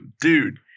dude